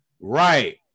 Right